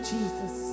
Jesus